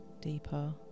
deeper